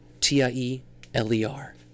T-I-E-L-E-R